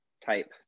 type